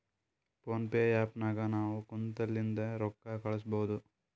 phone pay app ನಾಗ್ ನಾವ್ ಕುಂತಲ್ಲಿಂದೆ ರೊಕ್ಕಾ ಕಳುಸ್ಬೋದು